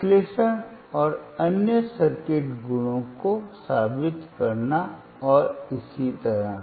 विश्लेषण और अन्य सर्किट गुणों को साबित करना और इसी तरह